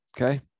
okay